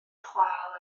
chwâl